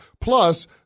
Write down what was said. Plus